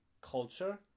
culture